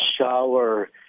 shower